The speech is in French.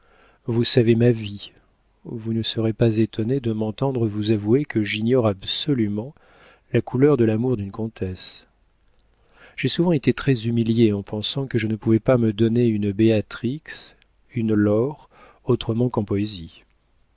vous savez ma vie vous ne serez pas étonnés de m'entendre vous avouer que j'ignore absolument la couleur de l'amour d'une comtesse j'ai souvent été très humilié en pensant que je ne pouvais pas me donner une béatrix une laure autrement qu'en